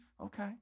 Okay